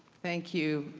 thank you,